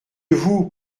vous